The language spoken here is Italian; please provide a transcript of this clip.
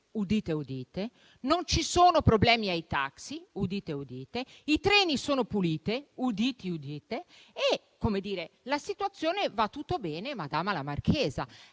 udite udite, non ci sono problemi ai taxi, udite udite, i treni sono puliti, udite udite, e va tutto bene, madama la marchesa.